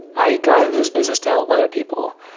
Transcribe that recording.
i got into this business to help other people.